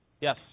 Yes